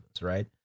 right